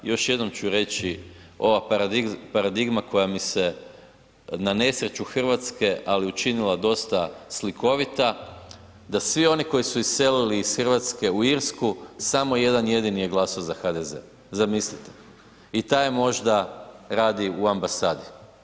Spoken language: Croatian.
Još jednom ću reći ova paradigma koja mi se na nesreću Hrvatske, ali učinila dosta slikovita, da svi oni koji su iselili iz Hrvatske u Irsku samo jedan jedini je glasao za HDZ, zamislite i taj možda radi u ambasadi.